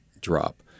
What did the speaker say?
drop